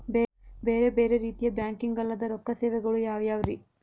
ಬೇರೆ ಬೇರೆ ರೀತಿಯ ಬ್ಯಾಂಕಿಂಗ್ ಅಲ್ಲದ ರೊಕ್ಕ ಸೇವೆಗಳು ಯಾವ್ಯಾವ್ರಿ?